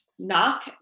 knock